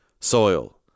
Soil